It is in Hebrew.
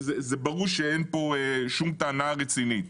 ברור שאין פה שום טענה רצינית.